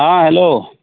ହଁ ହ୍ୟାଲୋ